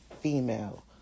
female